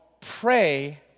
pray